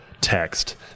text